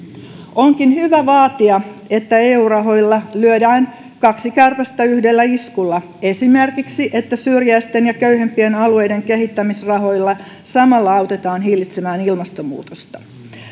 onkin hyvä vaatia että eu rahoilla lyödään kaksi kärpästä yhdellä iskulla esimerkiksi niin että syrjäisten ja köyhimpien alueiden kehittämisrahoilla samalla autetaan hillitsemään ilmastonmuutosta